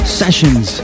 sessions